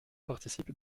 participe